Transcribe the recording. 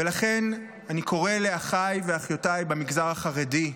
ולכן, אני קורא לאחיי ואחיותיי במגזר החרדי: